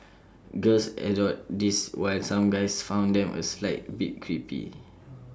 girls adored these while some guys found them A slight bit creepy